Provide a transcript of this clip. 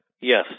Yes